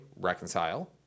reconcile